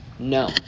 No